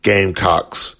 Gamecocks